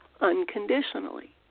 unconditionally